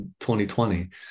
2020